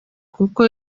kuko